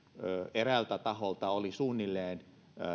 eräältä taholta oli suunnilleen